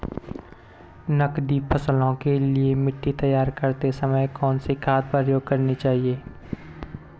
नकदी फसलों के लिए मिट्टी तैयार करते समय कौन सी खाद प्रयोग करनी चाहिए?